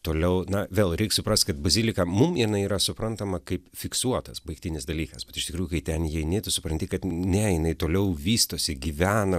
toliau na vėl reik suprast kad bazilika mum jinai yra suprantama kaip fiksuotas baigtinis dalykas bet iš tikrųjų kai ten įeini tu supranti kad ne jinai toliau vystosi gyvena